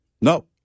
No